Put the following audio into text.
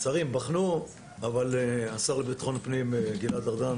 שרים בחנו אבל השר לביטחון הפנים גלעד ארדן